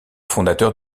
fondateur